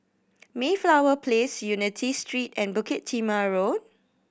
Mayflower Place Unity Street and Bukit Timah Road